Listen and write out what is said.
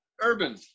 urban